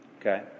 Okay